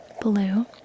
blue